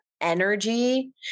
energy